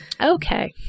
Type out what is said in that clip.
okay